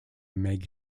meg